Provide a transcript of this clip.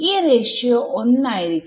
ഈ റേഷിയോ 1 ആയിരിക്കണം